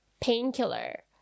painkiller